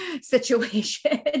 situation